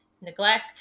neglect